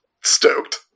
stoked